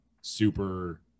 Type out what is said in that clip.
super